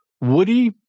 Woody